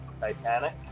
Titanic